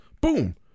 Boom